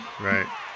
Right